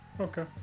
Okay